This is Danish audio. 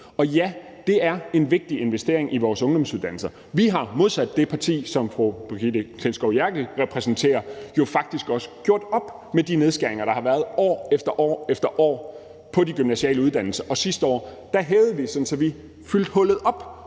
Og ja, det er en vigtig investering i vores ungdomsuddannelser. Vi har, modsat det parti, som fru Brigitte Klintskov Jerkel repræsenterer, jo faktisk også gjort op med de nedskæringer, der har været år efter år på de gymnasiale uddannelser. Og sidste år hævede vi bidraget, sådan at vi fyldte hullet op